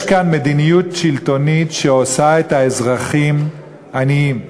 יש כאן מדיניות שלטונית שעושה את האזרחים עניים.